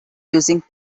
using